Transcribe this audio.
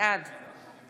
בעד